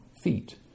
feet